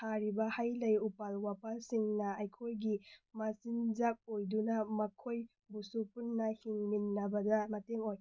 ꯊꯥꯔꯤꯕ ꯍꯩ ꯂꯩ ꯎꯄꯥꯜ ꯋꯥꯄꯥꯜꯁꯤꯡꯅ ꯑꯩꯈꯣꯏꯒꯤ ꯃꯆꯤꯟꯖꯥꯛ ꯑꯣꯏꯗꯨꯅ ꯃꯈꯣꯏꯕꯨꯁꯨ ꯄꯨꯟꯅ ꯍꯤꯡꯃꯤꯟꯅꯕꯗ ꯃꯇꯦꯡ ꯑꯣꯏ